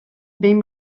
behin